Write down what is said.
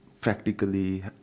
practically